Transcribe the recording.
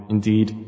Indeed